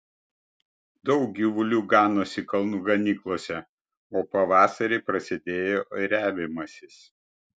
daug gyvulių ganosi kalnų ganyklose o pavasarį prasidėjo ėriavimasis